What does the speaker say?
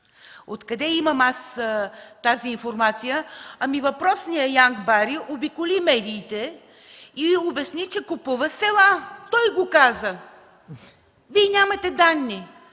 Откъде имам аз тази информация? –Ами, въпросният Янк Бери обиколи медиите и обясни, че купува села. Той го каза. Вие нямате данни.